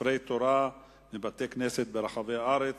ספרי תורה מבתי-כנסת ברחבי הארץ,